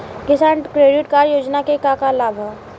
किसान credit card योजना के का का लाभ ह?